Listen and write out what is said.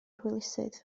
hwylusydd